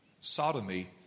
sodomy